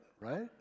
right